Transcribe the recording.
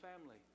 family